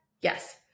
Yes